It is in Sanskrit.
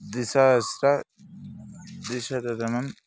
द्विसहस्रं द्विशततमं